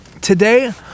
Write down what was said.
Today